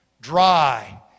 dry